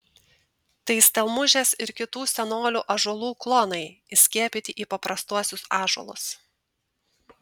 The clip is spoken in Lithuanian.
tai stelmužės ir kitų senolių ąžuolų klonai įskiepyti į paprastuosius ąžuolus